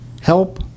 help